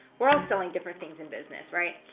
we are all selling different things in business, right?